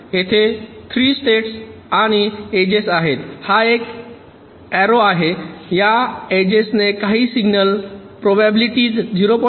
येथे 3 स्टेट्स आणि एजेस आहेत हा येथे एक एरो आहे या एजेस ने काही सिग्नल प्रोबॅबिलटीझ 0